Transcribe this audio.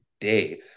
day